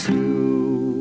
too